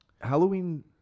Halloween